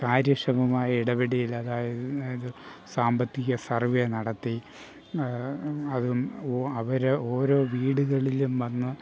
കാര്യക്ഷമമായ ഇടപെടൽ അതായത് സാമ്പത്തിക സർവ്വേ നടത്തി അതും അവരെ ഓരോ വീടുകളിലും വന്ന്